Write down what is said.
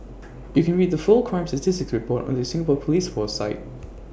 you can read the full crime statistics report on the Singapore Police force site